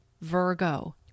Virgo